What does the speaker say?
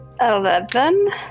Eleven